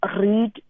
read